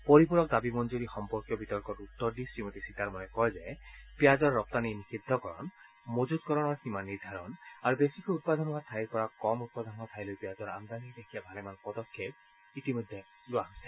পৰিপূৰক দাবী মঙ্গৰি সম্পৰ্কীয় বিতৰ্কৰ উত্তৰ দি শ্ৰীমতী সীতাৰামনে কয় যে পিয়াঁজৰ ৰপ্তানি নিযিদ্ধকৰণ মজুতকৰণৰ সীমা নিৰ্ধাৰণ আৰু বেছিকৈ উৎপাদন হোৱা ঠাইৰ পৰা কমকৈ উৎপাদন হোৱা ঠাইলৈ পিয়াঁজৰ আমদানিৰ লেখীয়া ভালেমান পদক্ষেপ লোৱা হৈছে